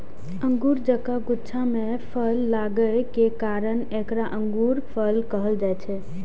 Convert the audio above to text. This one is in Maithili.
अंगूर जकां गुच्छा मे फल लागै के कारण एकरा अंगूरफल कहल जाइ छै